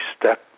step